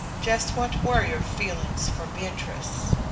just what were your feelings for beatrice?